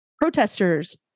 protesters